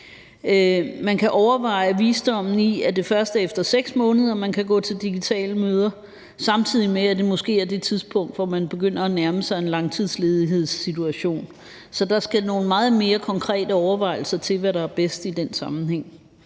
Man kan overveje visdommen i, at det først er efter 6 måneder, folk kan gå til digitale møder, samtidig med at det måske er det tidspunkt, hvor de begynder at nærme sig en langtidsledighedssituation. Så der skal nogle meget mere konkrete overvejelser til over, hvad der er bedst i den sammenhæng.